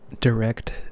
direct